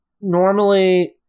normally